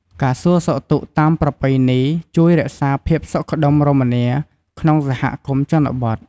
ការសួរសុខទុក្ខតាមប្រពៃណី ជួយរក្សាភាពសុខដុមរមនា ក្នុងសហគមន៍ជនបទ។